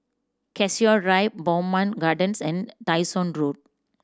Cassia Drive Bowmont Gardens and Dyson